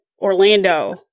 Orlando